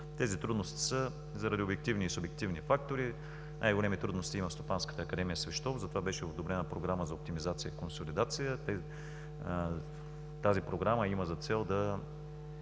Тези трудности са заради обективни и субективни фактори. Най-големи трудности има в Стопанската академия в Свищов. Затова беше одобрена Програма за оптимизация и консолидация. Тази програма има за цел да